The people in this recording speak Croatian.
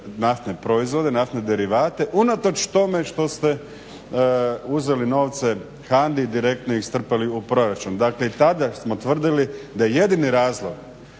proizvode, naftne derivate unatoč tome što ste uzeli novce HANDA-i i direktno ih strpali u proračun. Dakle i tada smo tvrdili da je jedini razlog